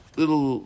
little